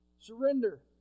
Surrender